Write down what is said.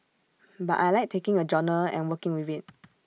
but I Like taking A genre and working with IT